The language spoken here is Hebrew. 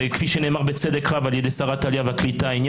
כפי שנאמר בצדק רב על ידי שרת העלייה והקליטה,